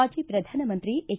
ಮಾಜಿ ಪ್ರಧಾನಮಂತ್ರಿ ಎಚ್